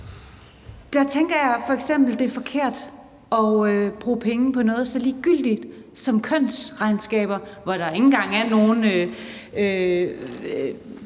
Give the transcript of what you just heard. der tænker jeg, at det f.eks. er forkert at bruge penge på noget så ligegyldigt som kønsregnskaber, hvor der ikke engang er nogen